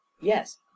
Yes